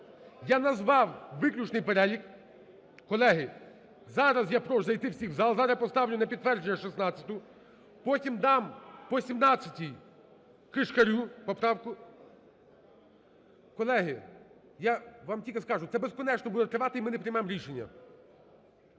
Я назвав виключний перелік. Колеги, зараз я прошу зайти всіх в зал, зараз я поставлю на підтвердження 16-у, потім дам по 17-й Кишкарю, поправку. Колеги, я вам тільки скажу, це безконечно буде тривати, і ми не приймемо рішення.